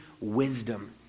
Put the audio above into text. wisdom